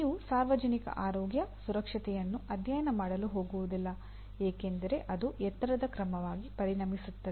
ನೀವು ಸಾರ್ವಜನಿಕ ಆರೋಗ್ಯ ಸುರಕ್ಷತೆಯನ್ನು ಅಧ್ಯಯನ ಮಾಡಲು ಹೋಗುವುದಿಲ್ಲ ಏಕೆಂದರೆ ಅದು ಎತ್ತರದ ಕ್ರಮವಾಗಿ ಪರಿಣಮಿಸುತ್ತದೆ